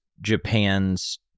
Japan's